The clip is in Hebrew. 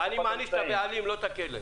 אני מעניש את הבעלים, לא את הכלב.